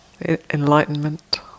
enlightenment